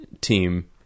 team